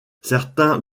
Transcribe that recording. certains